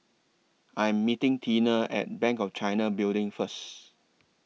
I Am meeting Teena At Bank of China Building First